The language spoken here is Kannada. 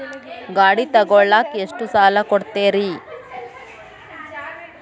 ಗಾಡಿ ತಗೋಳಾಕ್ ಎಷ್ಟ ಸಾಲ ಕೊಡ್ತೇರಿ?